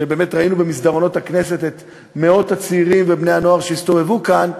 שבאמת ראינו במסדרונות הכנסת את מאות הצעירים ובני-הנוער שהסתובבו כאן,